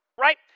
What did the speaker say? Right